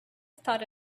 thought